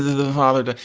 the holiday.